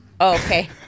Okay